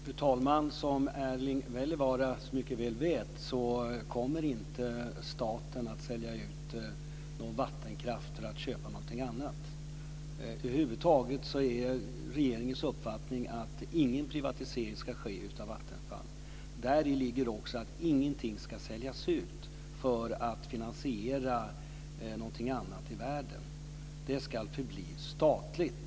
Fru talman! Som Erling Wälivaara mycket väl vet kommer staten inte att sälja ut någon vattenkraft för att köpa någonting annat. Regeringens uppfattning är att ingen privatisering av Vattenfall ska ske. Däri ligger också att ingenting ska säljas ut för att finansiera någonting annat i världen. Det ska förbli statligt.